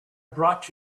brought